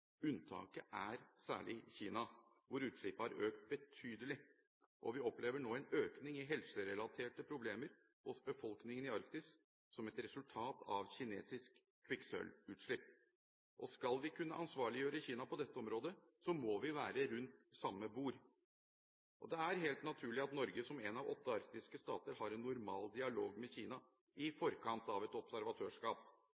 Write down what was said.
Unntaket er særlig Kina, hvor utslippene har økt betydelig. Vi opplever nå en økning i helserelaterte problemer hos befolkningen i Arktis som et resultat av kinesisk kvikksølvutslipp. Skal vi kunne ansvarliggjøre Kina på dette området, må vi være rundt samme bord. Det er helt naturlig at Norge som en av åtte arktiske stater har en normal dialog med Kina i